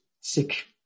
sick